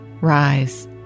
Rise